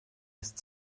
ist